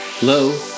Hello